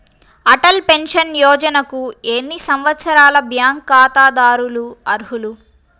Atal pension యోజనకు ఎన్ని సంవత్సరాల బ్యాంక్ ఖాతాదారులు అర్హులు?